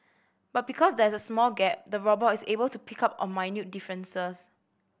but because there is a small gap the robot is able to pick up on minute differences